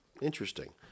Interesting